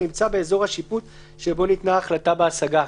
הנמצא באזור השיפוט שבו ניתנה ההחלטה בהשגה".